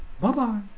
Bye-bye